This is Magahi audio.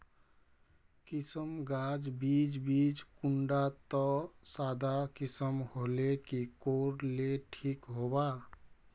किसम गाज बीज बीज कुंडा त सादा किसम होले की कोर ले ठीक होबा?